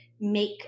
make